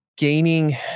Gaining